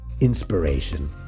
Inspiration